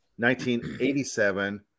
1987